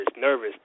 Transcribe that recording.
nervous